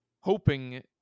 hoping